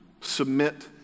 Submit